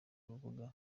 rubuga